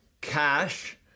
cash